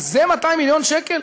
על זה 200 מיליון שקל?